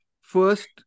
first